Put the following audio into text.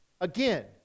again